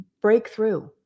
breakthrough